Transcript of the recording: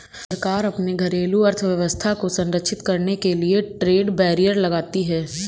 सरकार अपने घरेलू अर्थव्यवस्था को संरक्षित करने के लिए ट्रेड बैरियर लगाती है